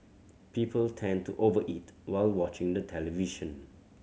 people tend to over eat while watching the television